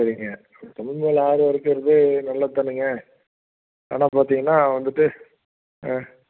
சரிங்க தமிழ் மேலே ஆர்வம் இருக்கிறது நல்லது தானேங்க ஆனால் பார்த்தீங்கன்னா வந்துட்டு ஆ